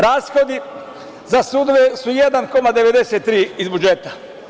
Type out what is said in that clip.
Rashodi za sudove su 1,93% iz budžeta.